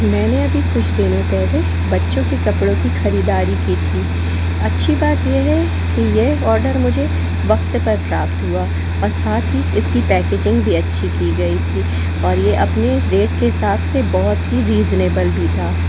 मैंने अभी कुछ दिनों पहले बच्चों के कपड़ों की खरीदारी की थी अच्छी बात ये है कि ये ऑर्डर मुझे वक्त पर प्राप्त हुआ और साथ ही इसकी पैकेजिंग भी अच्छी की गई थी और ये अपने रेट के हिसाब से बहुत ही रीज़नेबल भी था